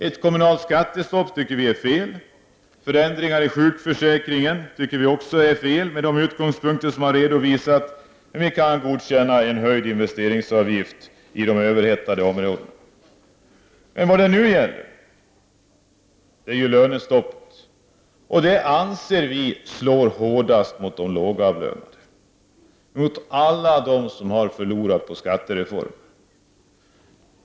Ett kommunalt skattestopp tycker vi är fel, förändringar i sjukförsäkringen är också fel att införa med hänvisning till de utgångspunkter vi har redovisat, men vi kan godkänna en höjd investeringsavgift i de överhettade områdena. Men nu gäller det lönestoppet. Ett sådant slår hårdast mot de lågavlönade, alltså mot alla dem som har förlorat på skattereformen.